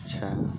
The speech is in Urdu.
اچھا